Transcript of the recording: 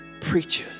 preachers